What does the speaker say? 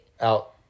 Out